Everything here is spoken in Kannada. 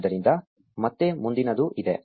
ಆದ್ದರಿಂದ ಮತ್ತೆ ಮುಂದಿನದು ಇದೆ